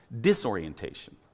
disorientation